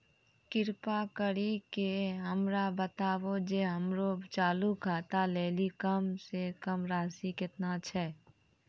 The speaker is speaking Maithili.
कृपा करि के हमरा बताबो जे हमरो चालू खाता लेली कम से कम राशि केतना छै?